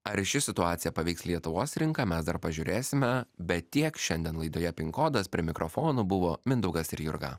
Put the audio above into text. ar ši situacija paveiks lietuvos rinką mes dar pažiūrėsime bet tiek šiandien laidoje pin kodas prie mikrofonų buvo mindaugas ir jurga